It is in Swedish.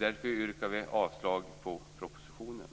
Därför yrkar vi avslag på propositionen.